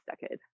decade